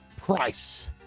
Price